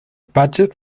budget